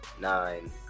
nine